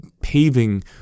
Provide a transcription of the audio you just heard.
paving